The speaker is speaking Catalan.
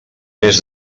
més